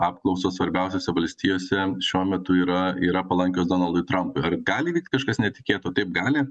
apklausos svarbiausiose valstijose šiuo metu yra yra palankios donaldui trampui ar gali įvykt kažkas netikėto taip gali